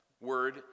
word